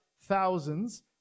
thousands